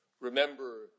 Remember